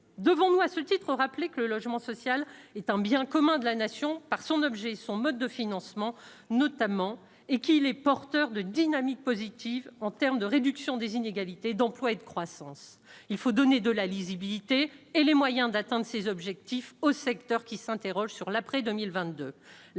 devons-nous à ce titre, rappeler que le logement social est un bien commun de la nation par son objet et son mode de financement notamment et qu'il est porteur de dynamique positive en termes de réduction des inégalités d'emploi et de croissance, il faut donner de la lisibilité et les moyens d'atteindre ses objectifs au secteur qui s'interroge sur l'après 2022,